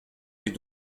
est